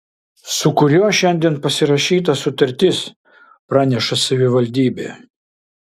su kuriuo šiandien pasirašyta sutartis praneša savivaldybė